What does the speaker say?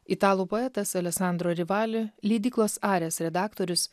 italų poetas aleksandro rivali leidyklos ares redaktorius